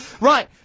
Right